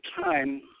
time